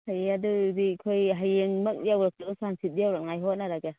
ꯐꯩꯌꯦ ꯑꯗꯨ ꯑꯣꯏꯔꯗꯤ ꯑꯩꯈꯣꯏ ꯍꯌꯦꯡꯃꯛ ꯌꯧꯔꯛꯇ꯭ꯔꯒꯁꯨ ꯍꯪꯆꯤꯠꯇꯤ ꯌꯧꯔꯛꯅꯉꯥꯏ ꯍꯣꯠꯅꯔꯒꯦ